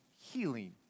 healing